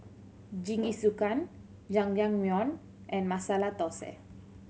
Jingisukan Jajangmyeon and Masala Dosa